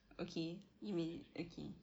okay you mean okay